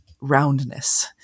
roundness